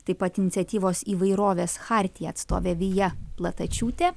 taip pat iniciatyvos įvairovės chartija atstovė vija platačiūtė